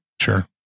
Sure